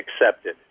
accepted